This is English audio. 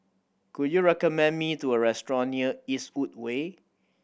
can you recommend me to a restaurant near Eastwood Way